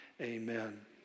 Amen